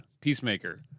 Peacemaker